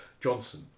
Johnson